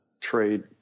trade